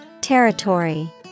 Territory